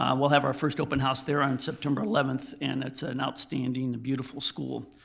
um we'll have our first open house there on september eleventh and it's ah an outstanding, beautiful school.